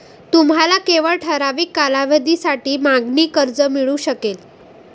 तुम्हाला केवळ ठराविक कालावधीसाठी मागणी कर्ज मिळू शकेल